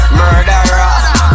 murderer